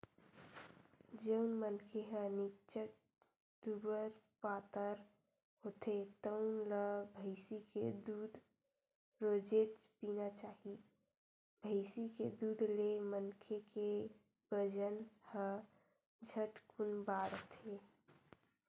जउन मनखे ह निच्चट दुबर पातर होथे तउन ल भइसी के दूद रोजेच पीना चाही, भइसी के दूद ले मनखे के बजन ह झटकुन बाड़थे